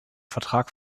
vertrag